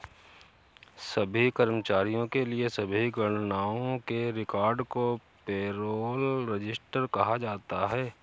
सभी कर्मचारियों के लिए सभी गणनाओं के रिकॉर्ड को पेरोल रजिस्टर कहा जाता है